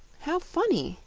how funny!